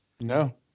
No